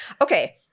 Okay